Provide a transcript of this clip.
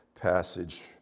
passage